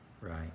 right